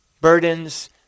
Burdens